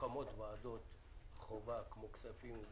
וכשמוקמות ועדות חובה, כמו הכספים,